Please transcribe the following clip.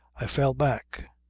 i fell back.